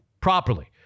properly